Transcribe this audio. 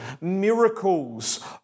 miracles